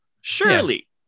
Surely